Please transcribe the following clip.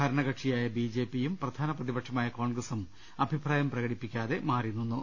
ഭരണകക്ഷിയായ ബി ജെ പിയും പ്രധാന പ്രതിപക്ഷമായ കോൺഗ്രസും അഭിപ്രായം പ്രകടിപ്പിക്കാതെ മാറി നിന്നു